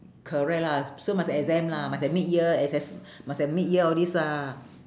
correct lah so must have exam lah must have mid year assess~ must have mid year all this lah